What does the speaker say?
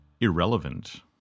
Irrelevant